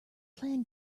clan